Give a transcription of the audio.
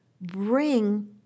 bring